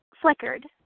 flickered